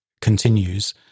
continues